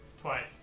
twice